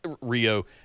Rio